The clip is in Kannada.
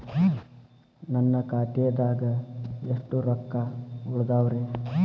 ನನ್ನ ಖಾತೆದಾಗ ಎಷ್ಟ ರೊಕ್ಕಾ ಉಳದಾವ್ರಿ?